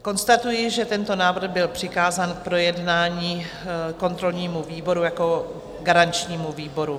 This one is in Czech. Konstatuji, že tento návrh byl přikázán k projednání kontrolnímu výboru jako garančnímu výboru.